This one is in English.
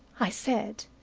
i said.